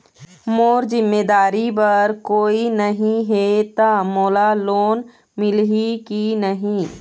मोर जिम्मेदारी बर कोई नहीं हे त मोला लोन मिलही की नहीं?